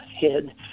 head